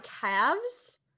calves